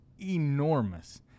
enormous